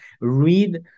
Read